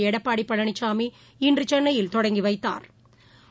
எடப்பாடிபழனிசாமி இன்றுசென்னையில் தொடங்கிவைத்தாா்